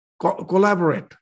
collaborate